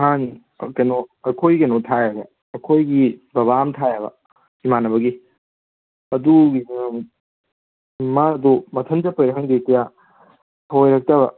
ꯅꯍꯥꯟ ꯑꯩꯈꯣꯏ ꯀꯩꯅꯣ ꯑꯩꯈꯣꯏ ꯀꯩꯅꯣ ꯊꯥꯏꯌꯦꯕ ꯑꯩꯈꯣꯏꯒꯤ ꯕꯕꯥ ꯑꯃ ꯊꯥꯏꯌꯦꯕ ꯏꯃꯥꯟꯅꯕꯒꯤ ꯑꯗꯨꯒꯤꯗ ꯃꯥꯗꯣ ꯃꯊꯟ ꯆꯠꯄꯩꯔ ꯈꯪꯗꯦ ꯀꯌꯥ ꯊꯧꯑꯣꯏꯔꯛꯇꯕ